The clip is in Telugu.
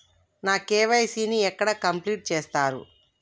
నా కే.వై.సీ ని ఎక్కడ కంప్లీట్ చేస్తరు?